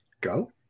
go